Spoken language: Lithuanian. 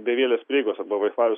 bevielės prieigos arba vaifajus